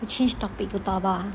we change topic to talk about ah